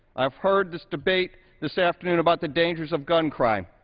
i've heard this debate this afternoon about the dangers of gun crime.